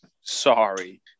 sorry